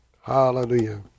Hallelujah